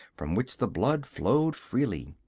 from which the blood flowed freely.